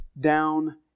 down